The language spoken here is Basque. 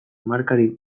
markarik